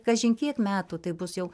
kažin kiek metų tai bus jau